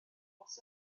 bws